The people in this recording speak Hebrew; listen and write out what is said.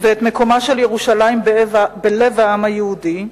ואת מקומה של ירושלים בלב העם היהודי,